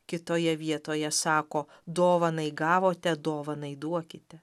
kitoje vietoje sako dovanai gavote dovanai duokite